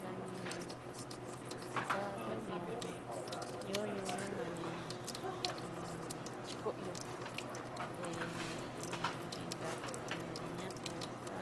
Nani ta yunió ñoño danani chiko ihó té in ñon inka ñakujá,